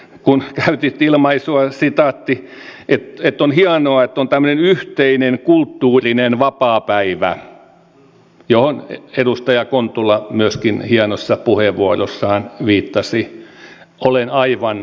kun käytit ilmaisua että on hienoa että on tämmöinen yhteinen kulttuurinen vapaapäivä johon edustaja kontula myöskin hienossa puheenvuorossaan viittasi olen aivan samaa mieltä